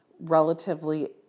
relatively